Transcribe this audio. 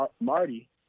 Marty